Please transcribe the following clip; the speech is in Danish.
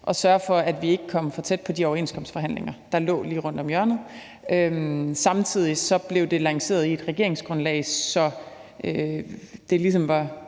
at sørge for, at vi ikke kom for tæt på de overenskomstforhandlinger, der lå lige rundt om hjørnet. Samtidig blev det lanceret i et regeringsgrundlag, så katten var